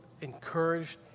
encouraged